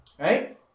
Right